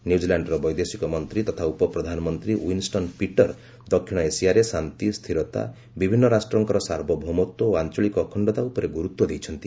ନ୍ୟୁଜିଲାଣ୍ଡର ବୈଦେଶିକ ମନ୍ତ୍ରୀ ତଥା ଉପପ୍ରଧାନମନ୍ତ୍ରୀ ୱିନ୍ଷନ୍ ପିଟର ଦକ୍ଷିଣ ଏସିଆରେ ଶାନ୍ତି ସ୍ଥିରତା ବିଭିନ୍ନ ରାଷ୍ଟ୍ରଙ୍କର ସାର୍ବଭୌମତ୍ୱ ଓ ଆଞ୍ଚଳିକ ଅଖଣ୍ଡତା ଉପରେ ଗୁରୁତ୍ୱ ଦେଇଛନ୍ତି